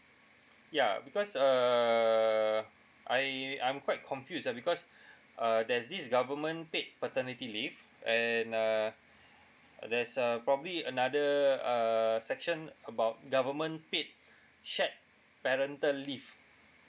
ya because err I I'm quite confused ah because uh there's this government paid paternity leave and uh there's uh probably another uh section about government paid shared parental leave